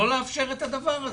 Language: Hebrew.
לא לאפשר את הדבר הזה.